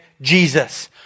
Jesus